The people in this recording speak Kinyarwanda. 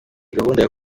gahunda